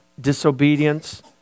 disobedience